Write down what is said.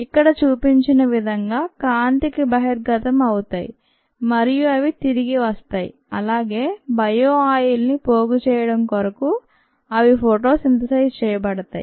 ఇక్కడ చూపించిన విధంగా కాంతికి బహిర్గతం అవుతాయి మరియు అవి తిరిగి వస్తాయి అలాగే బయో ఆయిల్ ని పోగు చేయడం కొరకు అవి ఫోటో సింథసైజ్ చేయబడతాయి